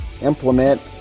implement